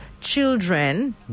children